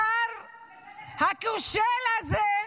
השר הכושל הזה,